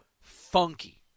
funky